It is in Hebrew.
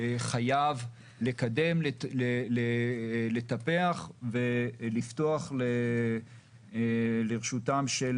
חייב לקדם, לטפח ולפתוח לרשותם של